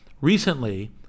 Recently